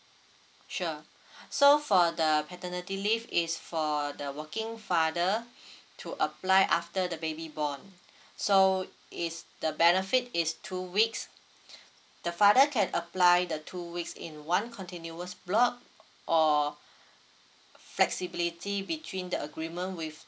sure so for the paternity leave is for the working father to apply after the baby born so is the benefit is two weeks the father can apply the two weeks in one continuous block or flexibility between the agreement with